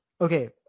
Okay